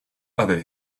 other